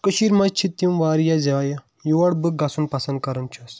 کٔشیٖر منٛز چھِ تِم واریاہ جایہِ یور بہٕ گژھُن پسنٛد کران چھُس